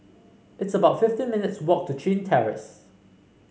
it's about fifteen minutes' walk to Chin Terrace